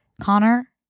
Connor